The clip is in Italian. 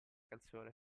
canzone